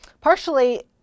partially